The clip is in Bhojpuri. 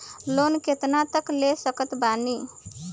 लोन कितना तक ले सकत बानी?